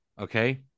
okay